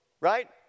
Right